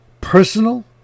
personal